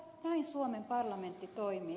näin suomen parlamentti toimii